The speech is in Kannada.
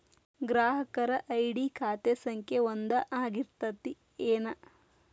ಗ್ರಾಹಕರ ಐ.ಡಿ ಖಾತೆ ಸಂಖ್ಯೆ ಒಂದ ಆಗಿರ್ತತಿ ಏನ